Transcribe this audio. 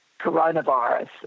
coronavirus